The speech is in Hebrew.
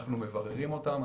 אנחנו מבררים אותם.